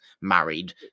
married